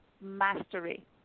mastery